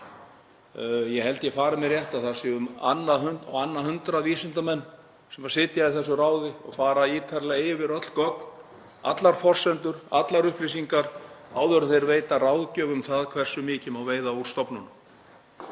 ég held að ég fari með rétt að það séu á annað hundrað vísindamenn sem sitja í þessu ráði og fara ítarlega yfir öll gögn, allar forsendur, allar upplýsingar áður en þeir veita ráðgjöf um hversu mikið má veiða úr stofninum.